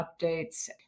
updates